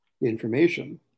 information